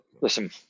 Listen